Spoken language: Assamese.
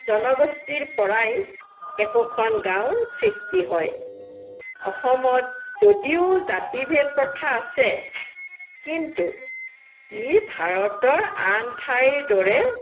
জনগোষ্ঠীৰ পৰাই একোখন গাঁৱৰ সৃষ্টি হয় অসমত যদিও জাতিভেদ প্ৰথা আছে কিন্তু ই ভাৰতৰ আন ঠাইৰ দৰে